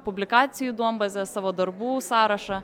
publikacijų duombazę savo darbų sąrašą